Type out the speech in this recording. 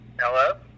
hello